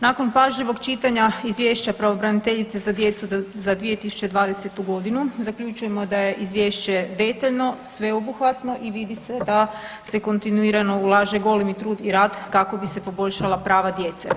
Nakon pažljivog čitanja Izvješća pravobraniteljice za djecu za 2020. godinu zaključujemo da je Izvješće detaljno, sveobuhvatno i vidi se da se kontinuirano ulaže golemi trud i rad kako bi se poboljšala prava djece.